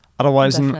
Otherwise